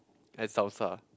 and salsa